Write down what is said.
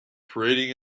parading